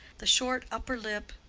the short upper lip,